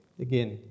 again